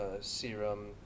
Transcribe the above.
serum